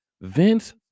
Vince